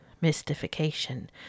mystification